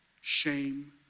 shame